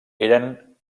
eren